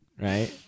right